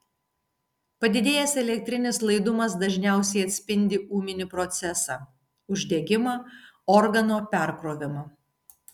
padidėjęs elektrinis laidumas dažniausiai atspindi ūminį procesą uždegimą organo perkrovimą